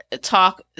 talk